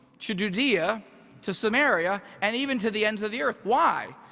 to judea to samaria, and even to the ends of the earth. why?